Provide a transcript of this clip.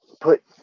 put